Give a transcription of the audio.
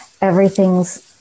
everything's